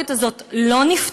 המחלוקת לא נפתרה,